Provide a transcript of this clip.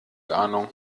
ahnung